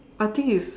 I think it's